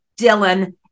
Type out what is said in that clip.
Dylan